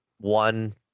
one